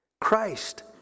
Christ